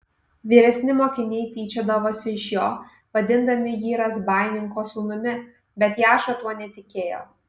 vyresni mokiniai tyčiodavosi iš jo vadindami jį razbaininko sūnumi bet jaša tuo netikėjo